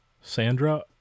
Sandra